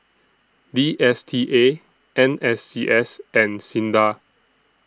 D S T A N S C S and SINDA